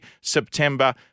September